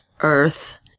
earth